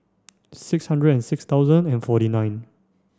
six hundred and six thousand and forty nine